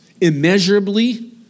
Immeasurably